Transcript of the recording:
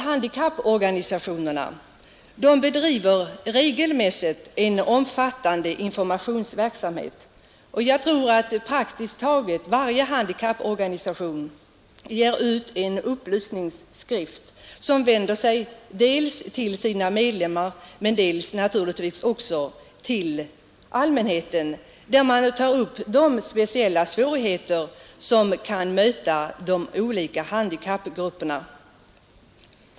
Handikapporganisationerna bedriver regelmässigt en omfattande informationsverksamhet, och jag tror att praktiskt taget varje handikapporganisation ger ut en upplysningsskrift, som vänder sig dels till medlemmarna, dels naturligtvis också till allmänheten, och där man tar upp de speciella svårigheter som kan möta de olika handikappgrupperna.